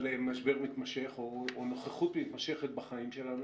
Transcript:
משבר מתמשך או נוכחות מתמשכת בחיים שלנו,